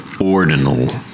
Ordinal